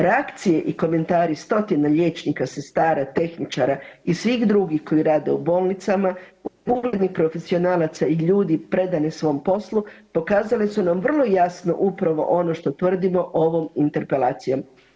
Reakcije i komentari stotine liječnika, sestara, tehničara i svih drugih koji rade u bolnicama, uglednih profesionalaca i ljudi predani svom poslu pokazali su nam vrlo jasno upravo ono što tvrdimo ovom interpelacijom.